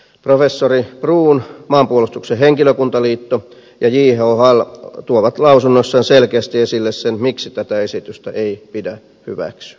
professori bruun maanpuolustuksen henkilökuntaliitto ja jhl tuovat lausunnoissaan selkeästi esille sen miksi tätä esitystä ei pidä hyväksyä